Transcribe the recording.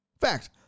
fact